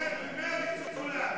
ומרצ עולה.